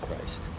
Christ